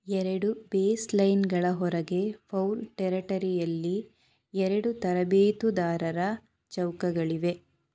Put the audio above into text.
ಎರಡು ಬೇಸ್ಲೈನ್ಗಳ ಹೊರಗೆ ಫೌಲ್ ಟೆರಟರಿಯಲ್ಲಿ ಎರಡು ತರಬೇತಿದಾರರ ಚೌಕಗಳಿವೆ